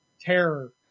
terror